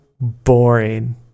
boring